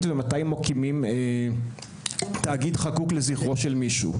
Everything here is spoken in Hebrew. ומתי מקימים תאגיד חקוק לזכרו של מישהו.